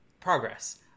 progress